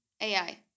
AI